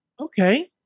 Okay